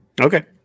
Okay